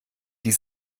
die